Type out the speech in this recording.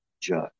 Judge